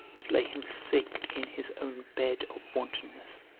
to lay him sick in his own bed of wantonness?